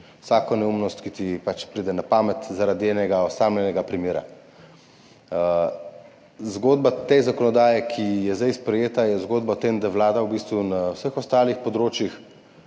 vsako neumnost, ki ti pride na pamet zaradi enega osamljenega primera. Zgodba te zakonodaje, ki je zdaj sprejeta, je zgodba o tem, da vlada v bistvu na vseh ostalih področjih